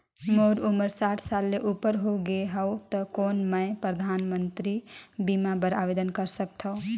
मोर उमर साठ साल ले उपर हो गे हवय त कौन मैं परधानमंतरी बीमा बर आवेदन कर सकथव?